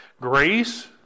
grace